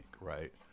right